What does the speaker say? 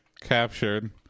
captured